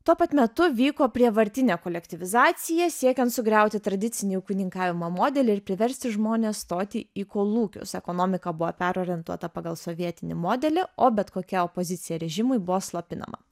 tuo pat metu vyko prievartinė kolektyvizacija siekiant sugriauti tradicinį ūkininkavimo modelį ir priversti žmones stoti į kolūkius ekonomika buvo perorientuota pagal sovietinį modelį o bet kokia opozicija režimui buvo slopinama